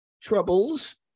troubles